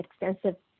extensive